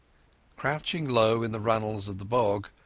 crouching low in the runnels of the bog,